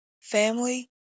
family